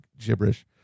gibberish